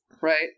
Right